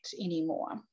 anymore